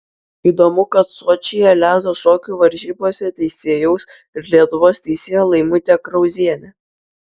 įdomu kad sočyje ledo šokių varžybose teisėjaus ir lietuvos teisėja laimutė krauzienė